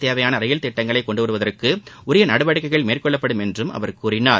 தேவையான ரயில் திட்டங்களை கொண்டுவருவதற்கு உரிய நடவடிக்கைகள் தமிழகத்திற்கு மேற்கொள்ளப்படும் என்றும் அவர் கூறினார்